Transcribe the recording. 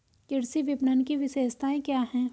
कृषि विपणन की विशेषताएं क्या हैं?